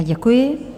Děkuji.